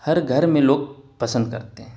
ہر گھر میں لوگ پسند کرتے ہیں